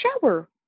shower